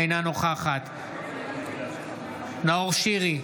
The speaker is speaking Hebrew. אינה נוכחת נאור שירי,